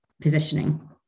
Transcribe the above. positioning